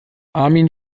armin